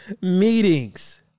meetings